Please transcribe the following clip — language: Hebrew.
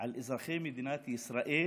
על אזרחי מדינת ישראל,